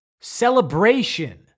Celebration